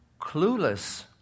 clueless